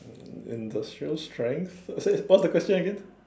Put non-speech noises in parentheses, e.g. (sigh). industrial strength (laughs) what's the question again